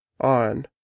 on